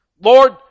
Lord